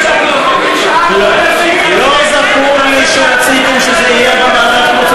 לא זכור לי שרציתם שזה יהיה בוועדת חוץ